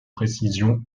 précision